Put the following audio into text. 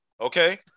okay